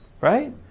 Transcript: Right